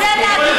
מיעוט?